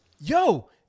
yo